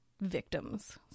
victims